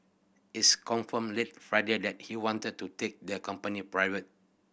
is confirmed late Friday that he wanted to take the company private